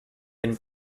been